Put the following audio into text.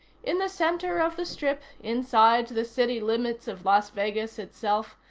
in the center of the strip, inside the city limits of las vegas itself,